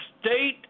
State